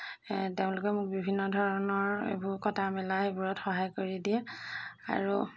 তেওঁলোকে মোক বিভিন্ন ধৰণৰ এইবোৰ কটা মেলা এইবোৰত সহায় কৰি দিয়ে আৰু